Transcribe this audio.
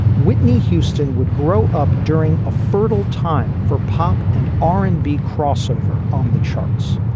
whitney houston would grow up during a fertile time for pop and r and b crossover on the charts.